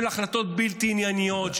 של החלטות בלתי ענייניות,